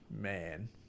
man